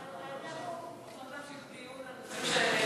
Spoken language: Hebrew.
אנחנו רוצות להמשיך דיון על נושאים,